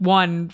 one